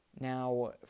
Now